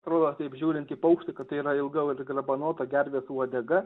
atrodo taip žiūrint į paukštį kad tai yra ilga garbanota gervės uodega